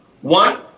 One